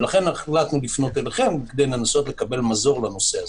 לכן פנינו אליכם כדי לנסות לקבל מזור בנושא.